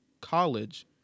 college